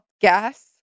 gas